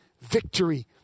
victory